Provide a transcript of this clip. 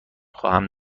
خواهم